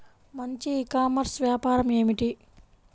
మంచి e commerce వ్యాపారం ఏమిటీ?